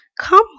Come